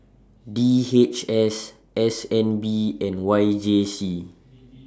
D H S S N B and Y J C